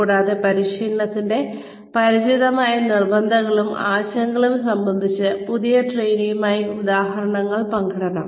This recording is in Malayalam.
കൂടാതെ പരിശീലനത്തിന് പരിചിതമായ നിബന്ധനകളും ആശയങ്ങളും സംബന്ധിച്ച് പുതിയ ട്രെയിനിയുമായി ഉദാഹരണങ്ങൾ പങ്കിടണം